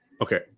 Okay